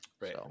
Right